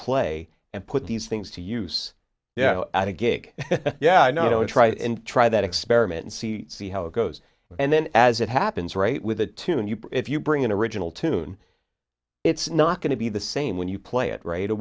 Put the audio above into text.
play and put these things to use you know at a gig yeah i know i try and try that experiment and see see how it goes and then as it happens right with a tune if you bring in original tune it's not going to be the same when you play it right